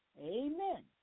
Amen